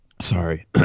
sorry